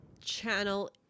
channel